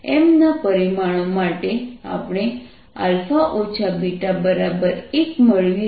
M ના પરિમાણો માટે આપણે α β 1 મેળવી રહ્યા છીએ તેને સંબંધ 3 કહે છે